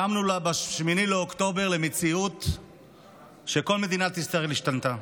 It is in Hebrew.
קמנו ב-8 באוקטובר למציאות שבה כל מדינת ישראל השתנתה.